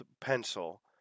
pencil